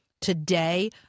today